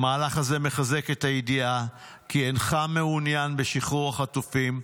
המהלך הזה מחזק את הידיעה כי אינך מעוניין בשחרור החטופים,